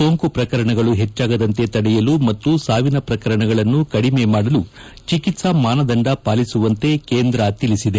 ಸೋಂಕು ಪ್ರಕರಣಗಳು ಹೆಚ್ಚಾಗದಂತೆ ತಡೆಯಲು ಮತ್ತು ಸಾವಿನ ಪ್ರಕರಣಗಳನ್ನು ಕಡಿಮೆ ಮಾಡಲು ಚಿಕಿತ್ಸಾ ಮಾನದಂದ ಪಾಲಿಸುವಂತೆ ಕೇಂದ್ರ ತಿಳಿಸಿದೆ